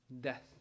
death